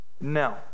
No